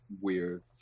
weird